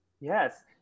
Yes